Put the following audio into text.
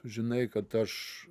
žinai kad aš